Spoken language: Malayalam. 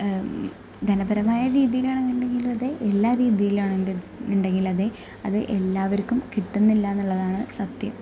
ധനപരമായ രീതീലാണെന്നുണ്ടെങ്കിലും അതെ എല്ലാ രീതീലാണെന്നുണ്ടെങ്കിലും അതെ അത് എല്ലാവർക്കും കിട്ടുന്നില്ലാന്നുള്ളതാണ് സത്യം